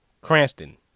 Cranston